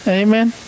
amen